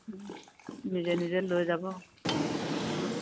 নিজে নিজে লৈ যাব